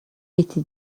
эти